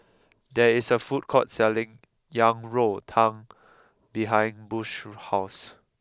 there is a food called selling Yang Rou Tang behind Bush's house